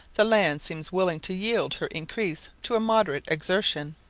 the land seems willing to yield her increase to a moderate exertion.